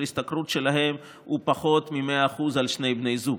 ההשתכרות שלהם הוא פחות מ-100% על שני בני זוג,